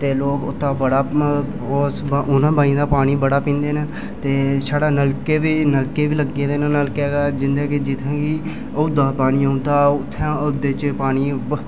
ते लोक उनें बाईं दा पानी बड़ा पीदें न ते साढ़े नलके बी लग्गे दे न जित्थै बी उं'दे च पानी बड़ा औदां ऐ उत्थै